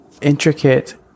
intricate